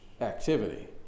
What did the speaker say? activity